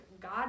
God